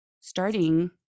starting